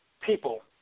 people